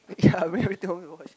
ya already tell me watch